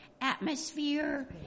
atmosphere